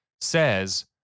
says